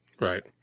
Right